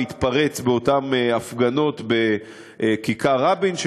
והתפרץ באותן הפגנות בכיכר רבין,